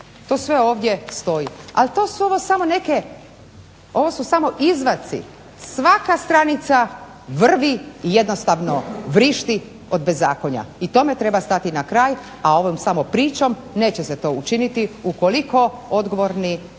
To sve ovdje stoji. ovo su samo izvaci, svaka stranica vrvi, jednostavno vrišti od bezakonja i tome treba stati na kraj a ovom samo pričom neće se to učiniti ukoliko odgovorni